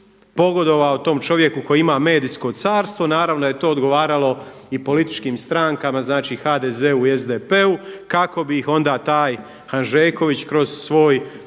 pogodovao tom čovjeku koji ima medijsko carstvo. Naravno da je to odgovaralo i političkim strankama, znači HDZ-u i SDP-u kako bi ih onda taj Hanžeković kroz svoje